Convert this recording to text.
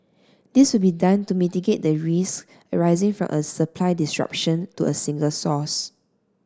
this will be done to mitigate the risk arising from a supply disruption to a single source